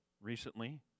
recently